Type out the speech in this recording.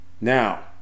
now